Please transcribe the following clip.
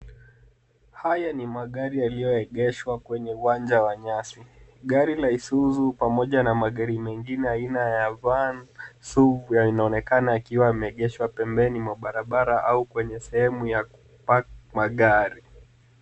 Haya ni magari yaliyoegeshwa kwenye uwanja wa nyasi. Gari la Isuzu pamoja na magari mengine aina ya Van, Sub yanaonekana yakiwa yameegeshwa pembeni mwa barabara au kwenye sehemu ya kupark magari.